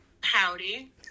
Howdy